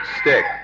stick